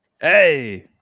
Hey